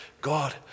God